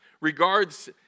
regards